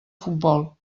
futbol